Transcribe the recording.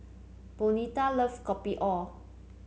Bonita loves Kopi O